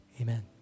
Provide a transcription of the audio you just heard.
Amen